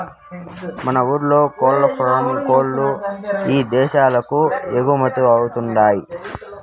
మన ఊర్ల కోల్లఫారం కోల్ల్లు ఇదేశాలకు ఎగుమతవతండాయ్